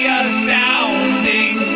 astounding